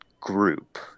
group